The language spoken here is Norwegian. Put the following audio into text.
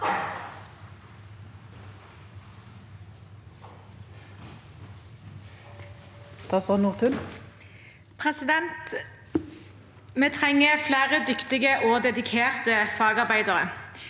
Vi trenger flere dyktige og dedikerte fagarbeidere.